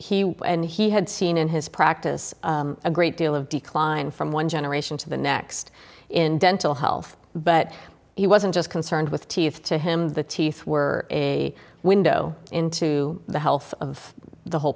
he and he had seen in his practice a great deal of decline from one generation to the next in dental health but he wasn't just concerned with teeth to him the teeth were a window into the health of the whole